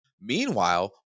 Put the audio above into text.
Meanwhile